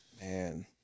man